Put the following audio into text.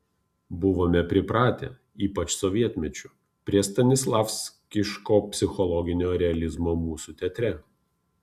buvome pripratę ypač sovietmečiu prie stanislavskiško psichologinio realizmo mūsų teatre